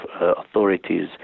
authorities